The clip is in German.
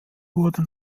wurde